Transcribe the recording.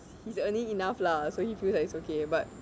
he's earning enough lah so he feels like it's okay but